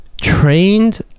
trained